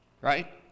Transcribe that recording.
right